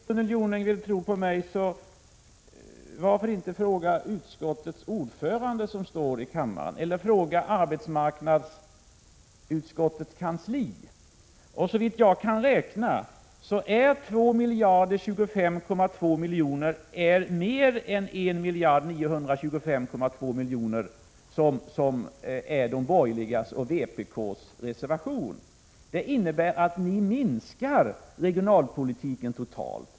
Fru talman! Om Gunnel Jonäng inte vill tro på mig, så fråga utskottets ordförande, som befinner sig i kammaren, eller fråga arbetsmarknadsutskottets kansli! Såvitt jag kan räkna är 2 025,2 miljoner mer än 1 925,2 miljoner, som föreslås i de borgerligas och vpk:s reservation. Det innebär att ni minskar regionalpolitiken totalt.